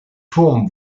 turm